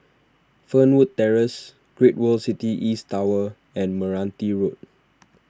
Fernwood Terrace Great World City East Tower and Meranti Road